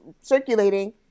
circulating